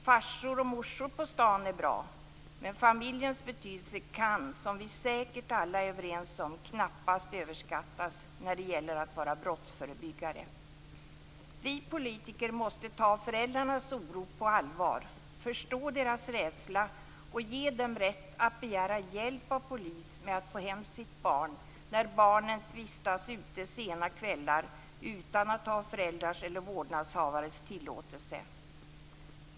"Farsor och morsor på stan" är bra, men familjens betydelse kan, som vi säkert alla är överens om, knappast överskattas när det gäller att vara brottsförebyggare. Vi politiker måste ta föräldrarnas oro på allvar, förstå deras rädsla och ge dem rätt att begära hjälp av polis med att få hem sitt barn, när barnet vistas ute sena kvällar utan att ha föräldrars eller vårdnadshavares tillåtelse.